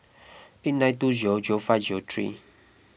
eight nine two zero zero five zero three